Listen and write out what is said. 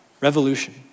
revolution